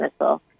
missile